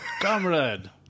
Comrade